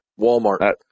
Walmart